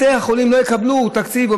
בתי החולים לא יקבלו תקציב.